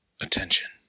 attention